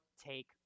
take